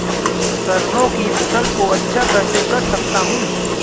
सरसो की फसल को अच्छा कैसे कर सकता हूँ?